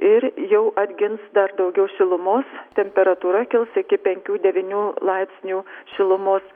ir jau atgins dar daugiau šilumos temperatūra kils iki penkių devynių laipsnių šilumos